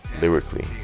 lyrically